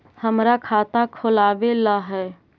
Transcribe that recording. हमरा खाता खोलाबे ला है?